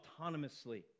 autonomously